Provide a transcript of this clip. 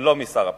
ולא משר הפנים.